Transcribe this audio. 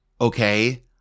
okay